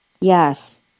Yes